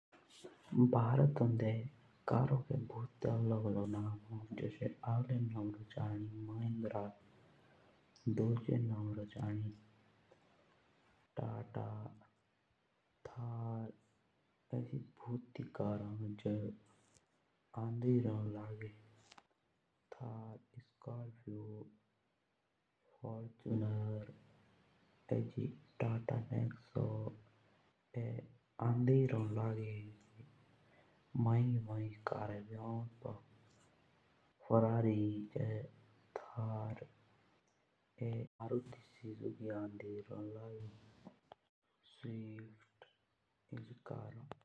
भारत तोन्दे चारु के अलग अलग नाम्म हों जुस मारुति सुजुकी हों, थार हों, फॉर्च्यूनर हों, टाटा नेक्सॉन हों, बलेनो हों, किआ हों, टोयोटा, और होंडा की होनी भुति सारी कम्पनियाँ हों।